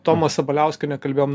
toma sabaliauskiene kalbėjom